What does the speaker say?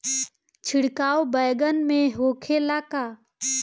छिड़काव बैगन में होखे ला का?